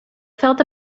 felt